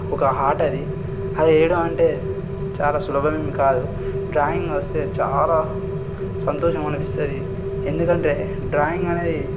ఒక హార్ట్ అది అది వెయ్యడం అంటే చాలా సులభం ఏమి కాదు డ్రాయింగ్ వస్తే చాలా సంతోషం అనిపిస్తుంది ఎందుకంటే డ్రాయింగ్ అనేది